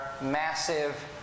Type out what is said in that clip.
massive